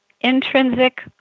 intrinsic